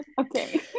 Okay